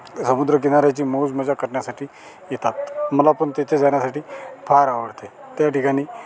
समुद्रकिनाऱ्याची मौजमजा करण्यासाठी येतात मला पण तिथे जाण्यासाठी फार आवडते त्या ठिकाणी